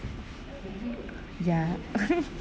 ya